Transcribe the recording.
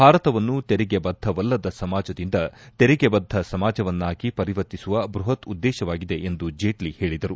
ಭಾರತವನ್ನು ತೆರಿಗೆ ಬದ್ದವಲ್ಲದ ಸಮಾಜದಿಂದ ತೆರಿಗೆ ಬದ್ದ ಸಮಾಜವನ್ನಾಗಿ ಪರಿವರ್ತಿಸುವ ಬೃಹತ್ ಉದ್ದೇಶವಾಗಿದೆ ಎಂದು ಜೇಟ್ಲ ಹೇಳಿದರು